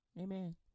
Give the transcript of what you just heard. Amen